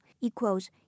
equals